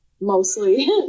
mostly